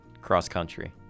cross-country